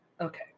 okay